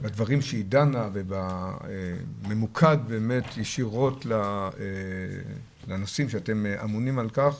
בדברים שהיא דנה והכול ממוקד ישירות לנושאים שאתם אמונים עליהם.